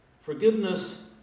Forgiveness